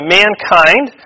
mankind